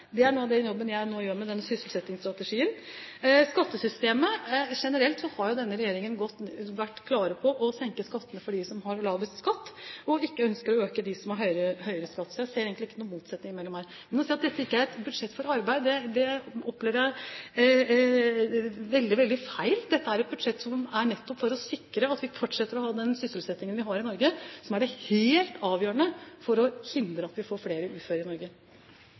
Det er en del av den jobben jeg nå gjør med sysselsettingsstrategien. Når det gjelder skattesystemet, har denne regjeringen generelt vært klar på å senke skatten for dem som har lavest skatt, og ikke ønsket å øke den for dem som har høyere skatt. Så jeg ser egentlig ingen motsetning her. Å si at dette ikke er et budsjett for arbeid, opplever jeg som veldig, veldig feil. Dette er et budsjett nettopp for å sikre at vi fortsetter å ha den sysselsettingen vi har i Norge, som er helt avgjørende for å hindre at vi får flere uføre. En hundrelapp i